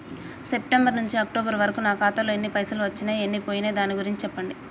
September నుంచి October వరకు నా ఖాతాలో ఎన్ని పైసలు వచ్చినయ్ ఎన్ని పోయినయ్ దాని గురించి చెప్పండి?